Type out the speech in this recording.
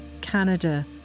Canada